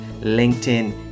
LinkedIn